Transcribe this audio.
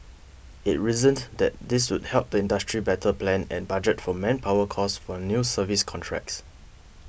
it reasoned that this would help the industry better plan and budget for manpower costs for new service contracts